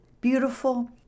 Beautiful